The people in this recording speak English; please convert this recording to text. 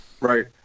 Right